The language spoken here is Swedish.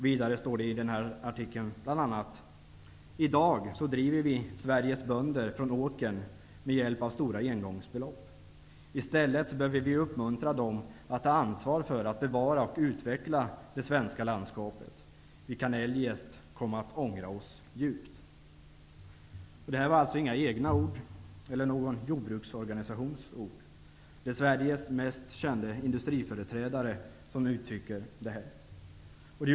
Vidare står det i den här artikeln: ''I dag driver vi Sveriges bönder från åkern med hjälp av stora engångsbelopp. I stället behöver vi uppmuntra dem att ta ansvar för att bevara och utveckla det svenska landskapet. Vi kan eljest komma att ångra oss djupt.'' Det här var alltså inga egna ord eller någon jordbruksorganisations ord. Det är Sveriges mest kände industriföreträdare som uttrycker detta.